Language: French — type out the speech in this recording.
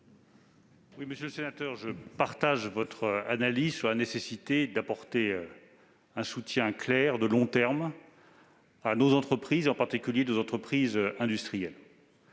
Monsieur le sénateur, je partage votre analyse sur la nécessité d'apporter un soutien clair de long terme à nos entreprises, en particulier aux entreprises industrielles.